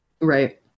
Right